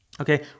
okay